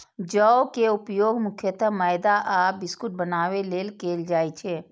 जौ के उपयोग मुख्यतः मैदा आ बिस्कुट बनाबै लेल कैल जाइ छै